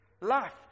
life